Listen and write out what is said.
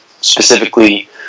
specifically